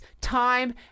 time